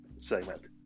segment